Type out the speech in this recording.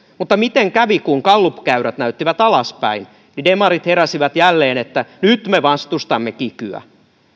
mutta miten kävi kun gallupkäyrät näyttivät alaspäin demarit heräsivät jälleen että nyt me vastustamme kikyä